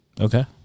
Okay